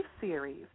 series